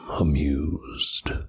amused